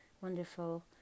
wonderful